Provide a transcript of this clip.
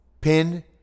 Pin